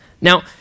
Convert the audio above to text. now